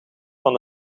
van